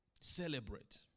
Celebrate